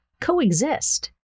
coexist